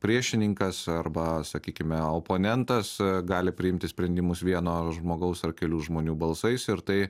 priešininkas arba sakykime oponentas gali priimti sprendimus vieno žmogaus ar kelių žmonių balsais ir tai